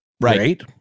right